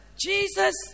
Jesus